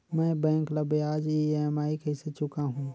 मैं बैंक ला ब्याज ई.एम.आई कइसे चुकाहू?